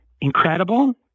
incredible